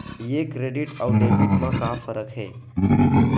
ये क्रेडिट आऊ डेबिट मा का फरक है?